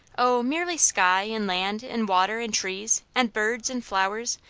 oh, merely sky, and land, and water, and trees, and birds, and flowers,